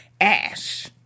Ash